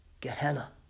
Gehenna